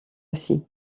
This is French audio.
aussi